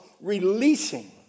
releasing